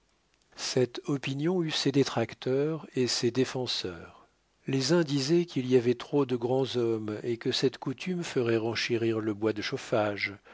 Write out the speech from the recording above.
cette opinion eut ses détracteurs et ses défenseurs les uns disaient qu'il y avait trop de grands hommes et que cette coutume ferait renchérir le bois de chauffage